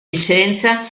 licenza